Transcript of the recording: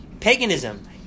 Paganism